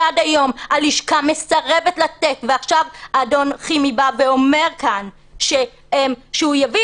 שעד היום הלשכה מסרבת לתת ועכשיו אדון חימי בא ואומר כאן שהוא יביא